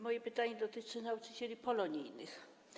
Moje pytanie dotyczy nauczycieli polonijnych.